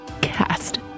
cast